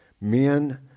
Men